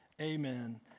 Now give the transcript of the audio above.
amen